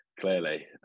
clearly